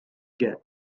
get